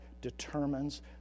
determines